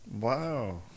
Wow